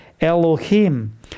Elohim